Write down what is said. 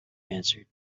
answered